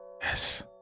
yes